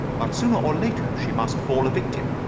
but sooner or later she must fall a victim.